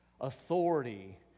Authority